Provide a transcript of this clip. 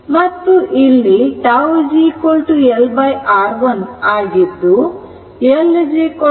ಮತ್ತು ಇಲ್ಲಿ τ LRl ಆಗಿದ್ದು L 0